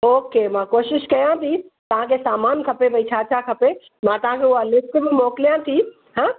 okay मां कोशिशि कयां थी तव्हांखे सामानु खपे भई छा छा खपे मां तव्हांखे उहा लिस्ट में मोकिलियां थी हां